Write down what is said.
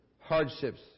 hardships